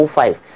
five